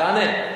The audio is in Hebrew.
תענה.